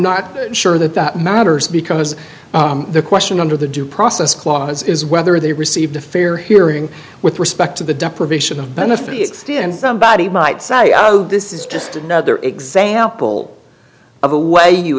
not sure that that matters because the question under the due process clause is whether they received a fair hearing with respect to the deprivation of benefits stand somebody might say oh this is just another example of a way you